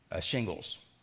shingles